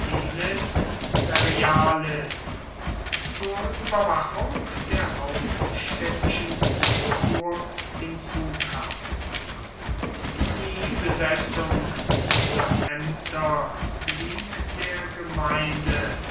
zur überwachung der hauptstädtischen zufuhr hinzukamen die besetzung dieser ämter blieb der gemeinde